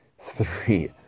Three